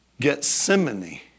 Gethsemane